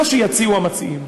מה שיציעו המציעים.